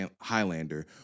Highlander